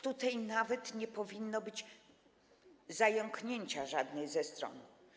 Tutaj nawet nie powinno być zająknięcia żadnej ze stron.